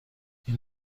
این